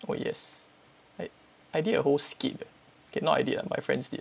oh yes I I did a whole skit leh okay not I did lah my friends did